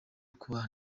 kubana